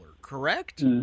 correct